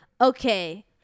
okay